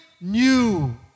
new